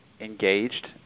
engaged